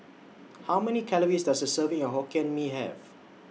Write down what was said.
How Many Calories Does A Serving of Hokkien Mee Have